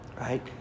Right